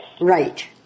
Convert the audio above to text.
Right